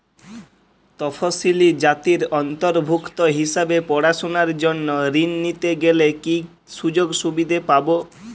তফসিলি জাতির অন্তর্ভুক্ত হিসাবে পড়াশুনার জন্য ঋণ নিতে গেলে কী কী সুযোগ সুবিধে পাব?